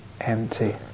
empty